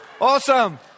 Awesome